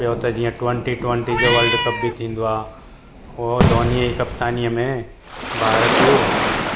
ॿियो त जीअं ट्वंटी ट्वंटी जो वर्ल्डकप थींदो आहे उहो धोनीअ जी कप्तानीअ में भारत